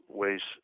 ways